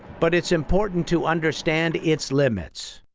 but it's important to understand its limits.